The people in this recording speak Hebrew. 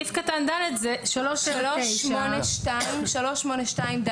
סעיף קטן (ד) זה 379. 382(ד),